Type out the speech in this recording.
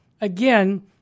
again